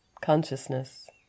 Consciousness